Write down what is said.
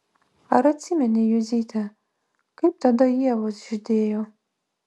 ar atsimeni juzyte kaip tada ievos žydėjo